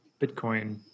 Bitcoin